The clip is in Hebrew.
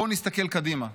בואו נסתכל קדימה.